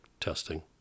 testing